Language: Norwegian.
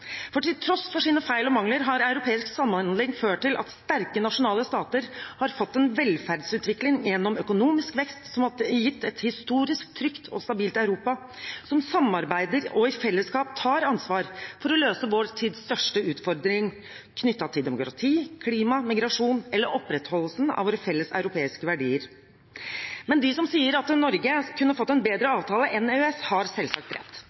Til tross for sine feil og mangler har europeisk samhandling ført til at sterke nasjonalstater har fått en velferdsutvikling gjennom en økonomisk vekst som har gitt et historisk trygt og stabilt Europa som samarbeider og i fellesskap tar ansvar for å løse vår tids største utfordringer, som er knyttet til demokrati, klima, migrasjon og opprettholdelsen av våre felles europeiske verdier. De som sier at Norge kunne fått en bedre avtale enn EØS-avtalen, har selvsagt